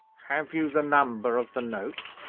have you the number of the note?